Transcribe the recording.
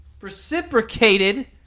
Reciprocated